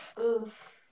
Oof